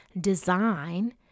design